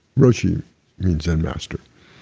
roshi means zen master.